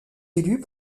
élus